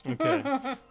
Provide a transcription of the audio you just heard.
Okay